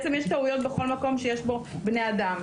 טעויות בכל מקום שיש בו בני אדם,